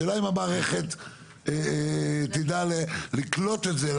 השאלה אם המערכת תדע לקלוט את זה,